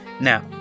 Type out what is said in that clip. Now